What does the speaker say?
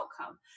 outcome